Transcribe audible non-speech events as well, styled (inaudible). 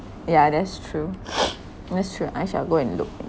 yeah that's true (noise) that's true I shall go and look